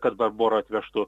kad barbora atvežtų